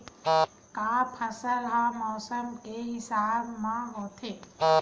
का फसल ह मौसम के हिसाब म होथे?